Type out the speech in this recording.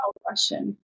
question